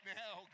now